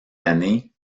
années